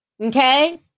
okay